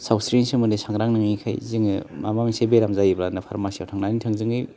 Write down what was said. सावस्रिनि सोमोन्दै सांग्रां नङैखाय जोङो माबा मोनसे बेराम जायोब्लानो फारमासिआव थांनानै थोजोङै